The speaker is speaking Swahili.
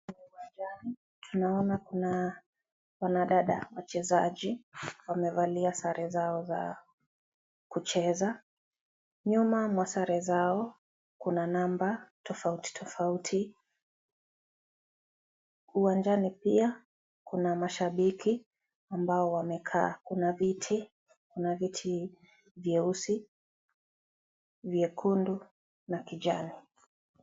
Tunaona kuna wanadada wachezaji, wamevalia sare zao za kucheza. Nyuma mwa sare zao kuna namba tofauti tofauti. Uwanjani pia kuna mashabiki ambao wamekaa. Kuna viti vyeusi, vyekundu na kijani.